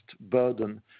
burden